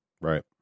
Right